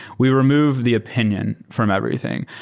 we remove the opinion from everything.